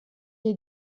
est